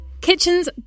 kitchens